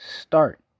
start